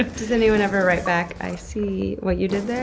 ah does anyone ever write back, i sea what you did